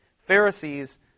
Pharisees